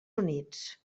units